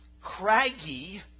craggy